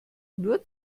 nur